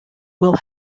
will